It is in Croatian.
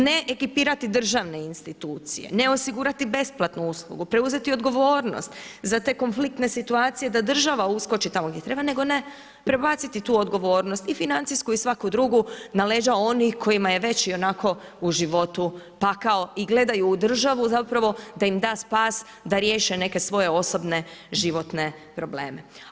Ne ekipirati državne institucije, ne osigurati besplatnu uslugu, preuzeti odgovornost za te konfliktne situacije da država uskoči tamo gdje treba, nego ne prebaciti tu odgovornost i financijsku i svaku drugu na leđa onih kojima je već ionako u životu pakao i gledaju u državu zapravo da im da spas da riješe neke svoje osobne životne probleme.